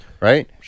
right